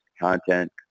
content